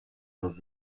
los